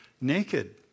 naked